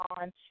on